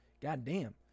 goddamn